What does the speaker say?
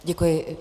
Děkuji.